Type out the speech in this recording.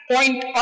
point